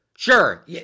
Sure